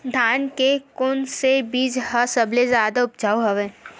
धान के कोन से बीज ह सबले जादा ऊपजाऊ हवय?